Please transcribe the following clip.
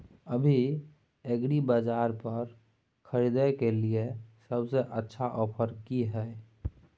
अभी एग्रीबाजार पर खरीदय के लिये सबसे अच्छा ऑफर की हय?